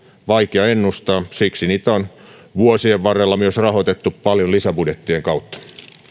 vaikea ennustaa siksi niitä myös on vuosien varrella rahoitettu paljon lisäbudjettien kautta